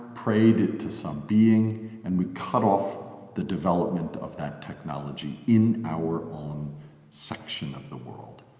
prayed it to some being and we cut off the development of that technology in our own section of the world.